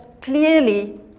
clearly